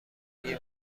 ملی